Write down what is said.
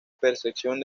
percepción